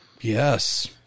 Yes